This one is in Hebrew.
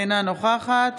אינה נוכחת